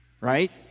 Right